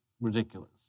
ridiculous